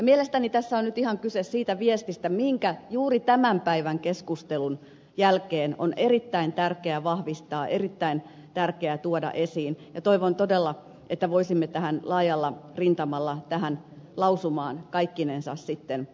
mielestäni tässä on nyt kyse ihan siitä viestistä mikä juuri tämän päivän keskustelun jälkeen on erittäin tärkeää vahvistaa erittäin tärkeää tuoda esiin ja toivon todella että voisimme tähän lausumaan laajalla rintamalla kaikkinensa yhtyä